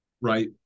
Right